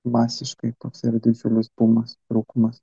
masiškai toks yra didžiulis bumas trūkumas